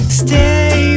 stay